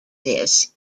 this